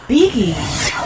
Biggie